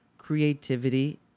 creativity